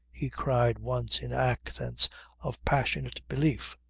he cried once in accents of passionate belief.